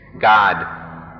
god